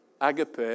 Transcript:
agape